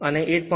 અને 8